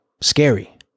scary